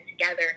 together